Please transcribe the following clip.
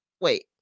wait